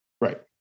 Right